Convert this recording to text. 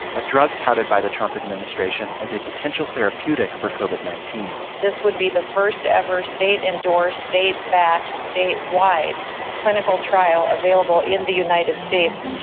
a drug touted by the trump administration as a potential therapeutic for covid nineteen point this would be the first ever state-endorsed, state-backed, statewide clinical trial available in the united states